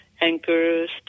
anchors